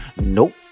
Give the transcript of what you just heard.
Nope